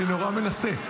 אני נורא מסיים.